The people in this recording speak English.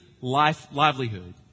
livelihood